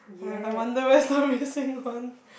I I wonder where's the missing one